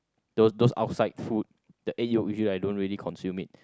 those those outside food the egg yolk usually I don't really consume it